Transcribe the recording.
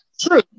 True